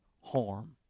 harm